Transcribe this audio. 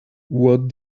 what